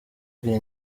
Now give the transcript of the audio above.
abwira